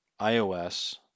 iOS